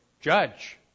judge